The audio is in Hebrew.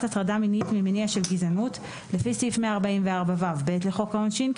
הטרדה מינית ממניע של גזענות לפי סעיף 144ו(ב) לחוק העונשין,